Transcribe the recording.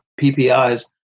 PPIs